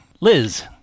Liz